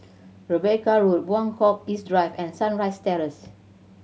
Rebecca Road Buangkok East Drive and Sunrise Terrace